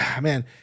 man